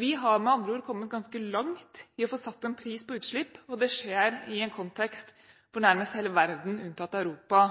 Vi har med andre ord kommet ganske langt i å få satt en pris på utslipp. Det skjer i en kontekst hvor nærmest hele verden, unntatt Europa,